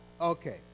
Okay